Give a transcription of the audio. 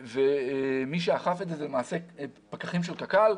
מי שאכף את זה, אלה פקחים של קק"ל.